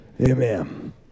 Amen